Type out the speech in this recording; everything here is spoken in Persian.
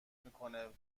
میکند